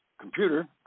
computer